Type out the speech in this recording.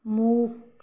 मूग